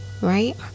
right